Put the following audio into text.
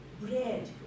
Bread